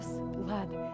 blood